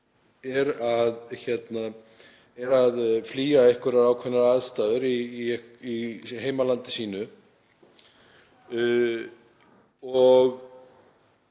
er að flýja einhverjar ákveðnar aðstæður í heimalandi sínu.